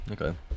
Okay